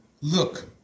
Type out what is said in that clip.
Look